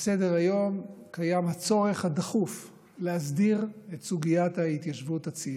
קיים הצורך הדחוף להסדיר את סוגיית ההתיישבות הצעירה.